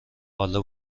حالا